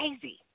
crazy